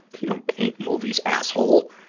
you don't paint movies, asshole.